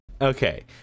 okay